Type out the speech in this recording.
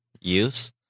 use